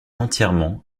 entièrement